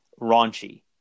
raunchy